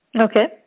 Okay